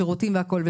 שירותים והכול,